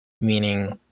meaning